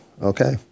okay